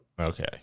Okay